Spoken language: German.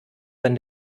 wenn